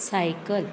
cycle